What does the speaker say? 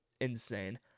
insane